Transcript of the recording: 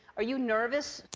are you nervous?